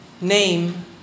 name